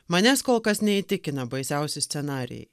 manęs kol kas neįtikina baisiausi scenarijai